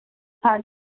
ਹਾਂ